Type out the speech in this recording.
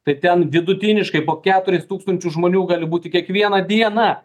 tai ten vidutiniškai po keturis tūkstančius žmonių gali būti kiekvieną dieną